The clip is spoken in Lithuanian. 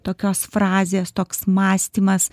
tokios frazės toks mąstymas